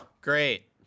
Great